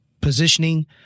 Positioning